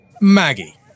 Maggie